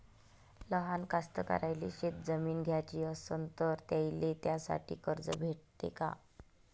लहान कास्तकाराइले शेतजमीन घ्याची असन तर त्याईले त्यासाठी कर्ज भेटते का?